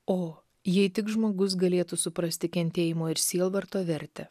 o jei tik žmogus galėtų suprasti kentėjimo ir sielvarto vertę